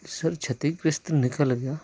sir क्षतिग्रस्त निकल गया